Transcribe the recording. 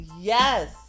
yes